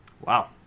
Wow